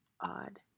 odd